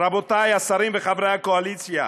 רבותיי השרים וחברי הקואליציה,